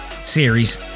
series